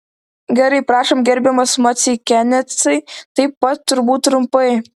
gerai prašom gerbiamas maceikianecai taip pat turbūt trumpai